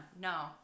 No